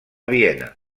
viena